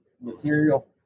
material